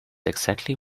exactly